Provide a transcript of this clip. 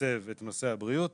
מתקצב את נושא הבריאות